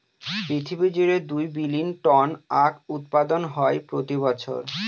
পৃথিবী জুড়ে দুই বিলীন টন আখ উৎপাদন হয় প্রতি বছর